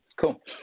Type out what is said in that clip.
Cool